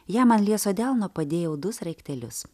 jam ant lieso delno padėjau du sraigtelius